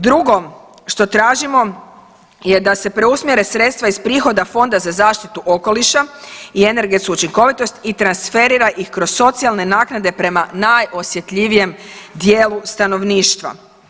Drugo što tražimo je da se preusmjere sredstva iz prihoda Fonda za zaštitu okoliša i energetsku učinkovitost i transferira ih kroz socijalne naknade prema najosjetljivijem dijelu stanovništva.